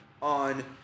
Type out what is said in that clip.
on